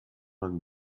man